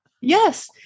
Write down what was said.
Yes